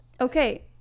Okay